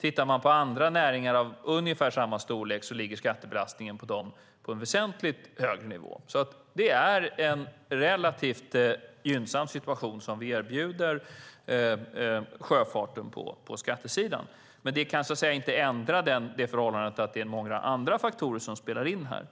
För andra näringar av ungefär samma storlek ligger skattebelastningen på en väsentligt högre nivå, så det är en relativt gynnsam situation vi erbjuder sjöfarten på skattesidan. Men det kan inte ändra förhållandet att många andra faktorer spelar in här.